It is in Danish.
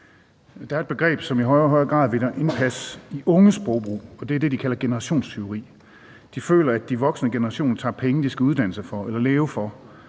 Der er et begreb, som i højere og højere grad vinder indpas i unges sprogbrug, og det er det, de kalder generationstyveri. De føler, at den voksne generation tager penge, de skal uddanne sig for eller leve for,